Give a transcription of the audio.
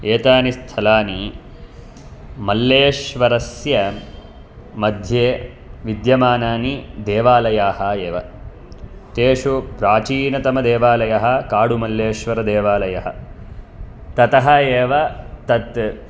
एतानि स्थलानि मल्लेश्वरस्य मध्ये विद्यमानानि देवालयाः एव तेषु प्राचिनतमदेवालयः काडूमल्लेश्वरदेवालयः ततः एव तत्